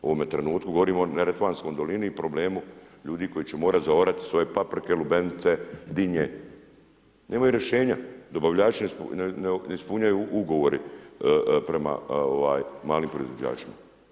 U ovome trenutku govorim o neretvanskoj dolini i problemu ljudi koji će morati zaorati svoje paprike, lubenice, dinje, nemaju rješenja, dobavljači ne ispunjavaju ugovore prema malim proizvođačima.